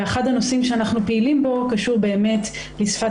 אחד הנושאים שאנחנו פעילים בו קשור באמת לשפת